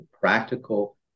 practical